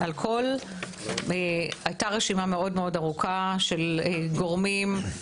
הייתה רשימה ארוכה מאוד של גורמים,